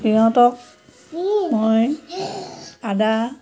সিহঁতক মই আদা